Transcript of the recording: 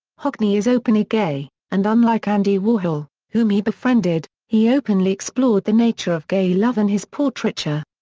hockney is openly gay, and unlike andy warhol, whom he befriended, he openly explored the nature of gay love in his portraiture.